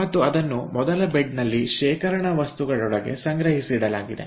ಮತ್ತು ಅದನ್ನು ಮೊದಲ ಬೆಡ್ನಲ್ಲಿ ಶೇಖರಣಾ ವಸ್ತುಗಳೊಳಗೆ ಸಂಗ್ರಹಿಸಿಡಲಾಗಿದೆ